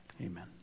Amen